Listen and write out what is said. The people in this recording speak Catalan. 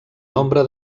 nombre